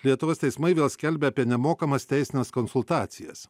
lietuvos teismai vėl skelbia apie nemokamas teisines konsultacijas